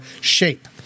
shape